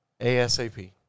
ASAP